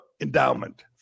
endowment